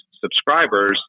subscribers